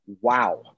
Wow